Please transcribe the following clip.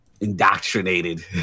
indoctrinated